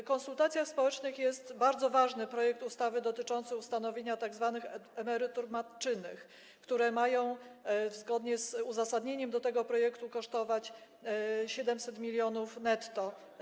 W konsultacjach społecznych jest bardzo ważny projekt ustawy dotyczący ustanowienia tzw. emerytur matczynych, które zgodnie z uzasadnieniem tego projektu mają kosztować 700 mln netto.